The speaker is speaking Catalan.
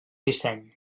disseny